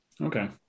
Okay